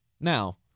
Now